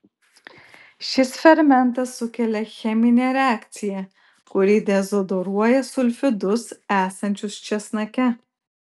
šis fermentas sukelia cheminę reakciją kuri dezodoruoja sulfidus esančius česnake